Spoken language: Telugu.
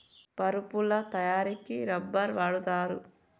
పరుపుల తయారికి రబ్బర్ వాడుతారు